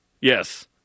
Yes